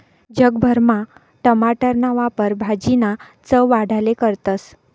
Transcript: जग भरमा टमाटरना वापर भाजीना चव वाढाले करतस